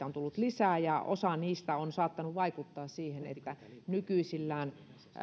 on tullut lisää ja osa niistä on saattanut vaikuttaa siihen että nykyisillään